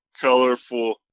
colorful